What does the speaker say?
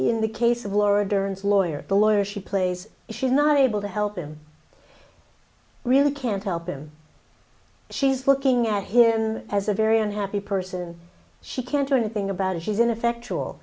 in the case of laura dern lawyer the lawyer she plays she's not able to help him really can't help him she's looking at him as a very unhappy person she can't do anything about it she's ineffectual